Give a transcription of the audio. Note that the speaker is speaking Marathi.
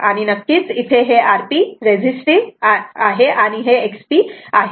आणि नक्कीच इथे हे Rp रेझिस्टिव्ह आणि हे XP आहे